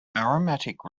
aromatic